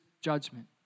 judgment